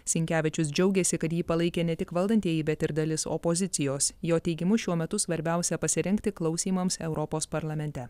sinkevičius džiaugėsi kad jį palaikė ne tik valdantieji bet ir dalis opozicijos jo teigimu šiuo metu svarbiausia pasirengti klausymams europos parlamente